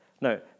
no